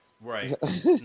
right